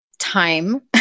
time